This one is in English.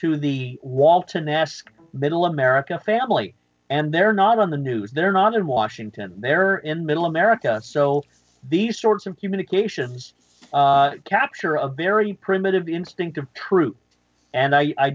to the walton esque middle america family and they're not on the news they're not in washington they're in middle america so these sorts of communications capture a very primitive instinct of truth and i